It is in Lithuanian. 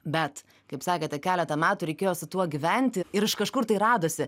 bet kaip sakėte keletą metų reikėjo su tuo gyventi ir iš kažkur tai radosi